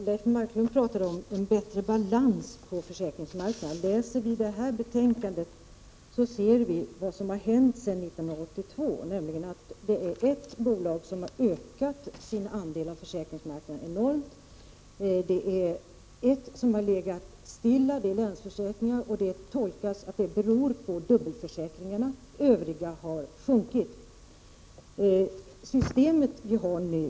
Herr talman! Leif Marklund talar om en bättre balans på försäkringsmarknaden. Den som läser betänkandet ser vad som har hänt sedan 1982, nämligen att ett bolag har ökat sin andel av försäkringsmarknaden enormt, att ett bolag legat stilla — det är Länsförsäkringar, och tolkningen är att det beror på dubbelförsäkringarna — och att övriga bolags andel av marknaden har minskat.